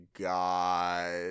god